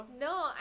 No